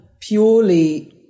purely